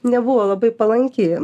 nebuvo labai palanki